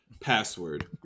password